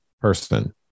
person